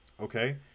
Okay